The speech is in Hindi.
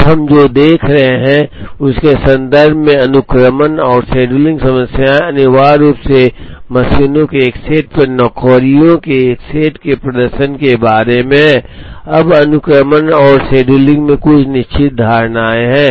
अब हम जो देख रहे हैं उसके संदर्भ में अनुक्रमण और शेड्यूलिंग समस्याएं अनिवार्य रूप से मशीनों के एक सेट पर नौकरियों के एक सेट के प्रदर्शन के बारे में हैं अब अनुक्रमण और शेड्यूलिंग में कुछ निश्चित धारणाएं हैं